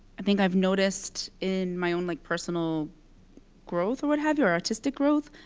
i think i've noticed in my own like personal growth or what have you, or artistic growth,